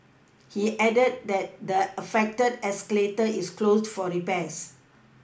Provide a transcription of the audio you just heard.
he added that the affected escalator is closed for repairs